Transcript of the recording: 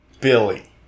Billy